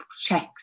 Checks